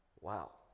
Wow